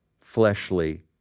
fleshly